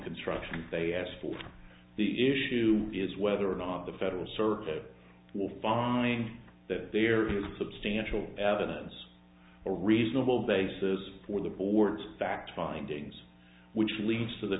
construction they asked for the issue is whether or not the federal circuit will find that there is substantial evidence a reasonable basis for the board's fact findings which leads to the